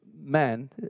man